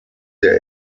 der